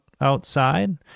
outside